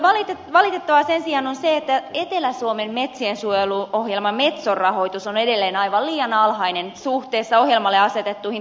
valitettavaa sen sijaan on se että etelä suomen metsiensuojeluohjelma metson rahoitus on edelleen aivan liian alhainen suhteessa ohjelmalle asetettuihin tavoitteisiin